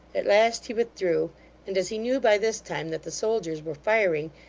at last he withdrew and as he knew by this time that the soldiers were firing,